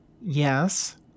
Yes